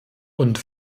und